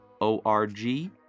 ORG